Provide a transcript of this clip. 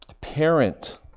parent